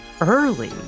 early